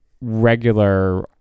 regular